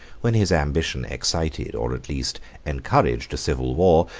when his ambition excited, or at least encouraged, a civil war,